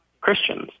Christians